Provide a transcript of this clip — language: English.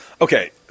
Okay